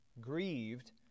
grieved